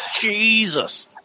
Jesus